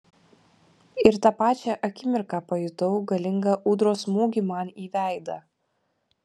ir tą pačią akimirką pajutau galingą ūdros smūgį man į veidą